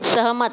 सहमत